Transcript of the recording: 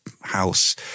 house